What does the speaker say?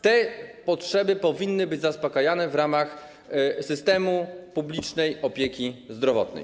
Te potrzeby powinny być zaspokajane w ramach systemu publicznej opieki zdrowotnej.